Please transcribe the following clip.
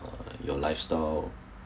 uh your life style